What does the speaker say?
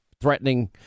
threatening